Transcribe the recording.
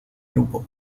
grupo